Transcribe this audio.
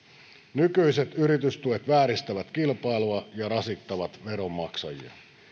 nykyiset yritystuet vääristävät kilpailua ja rasittavat veronmaksajia